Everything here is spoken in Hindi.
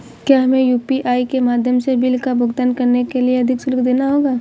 क्या हमें यू.पी.आई के माध्यम से बिल का भुगतान करने के लिए अधिक शुल्क देना होगा?